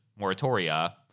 moratoria